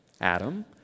Adam